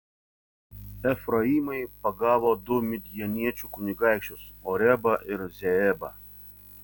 efraimai pagavo du midjaniečių kunigaikščius orebą ir zeebą